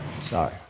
sorry